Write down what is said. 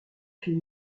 fait